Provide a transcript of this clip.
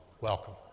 Welcome